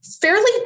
fairly